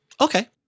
Okay